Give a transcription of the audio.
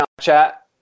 chat